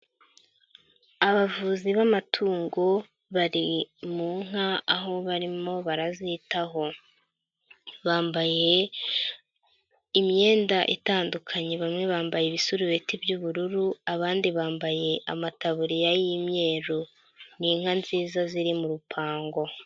Abavuzi b'amatungo bari mu nka, aho barimo barazitaho, bambaye imyenda itandukanye, bamwe bambaye ibisurubeti by'ubururu, abandi bambaye amatabuririya y'imyeru, ni inka nziza ziri mu rupango.